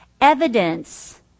Evidence